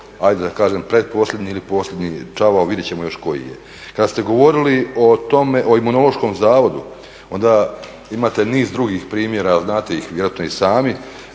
ajde da kažem pretposljednji ili posljednji čavao, vidjet ćemo još koji je. Kada ste govorili o Imunološkom zavodu onda imate niz drugih primjera, znate ih vjerojatno i sami,